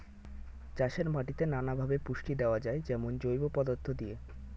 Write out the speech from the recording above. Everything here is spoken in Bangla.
চাষের মাটিতে নানা ভাবে পুষ্টি দেওয়া যায়, যেমন জৈব পদার্থ দিয়ে